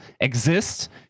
exist